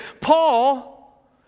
Paul